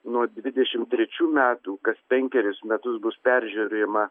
nuo dvidešim trečių metų kas penkerius metus bus peržiūrima